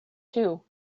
too